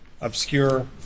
obscure